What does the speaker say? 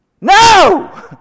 No